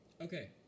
Okay